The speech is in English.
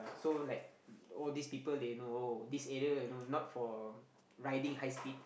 so like all this people they know oh this area you know not for riding high speed